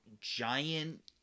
giant